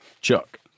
Chuck